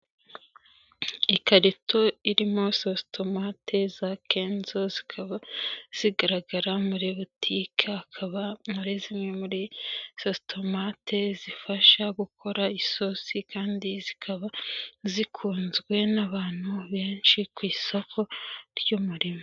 Ikarito irimo sosotomate za kenzo zikaba zigaragara muri butike, akaba muri zimwe muri sotomate zifasha gukora isosi kandi zikaba zikunzwe n'abantu benshi ku isoko ry'umurimo.